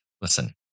listen